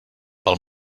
pel